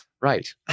Right